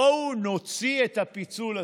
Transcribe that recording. בואו נוציא את הפיצול הזה,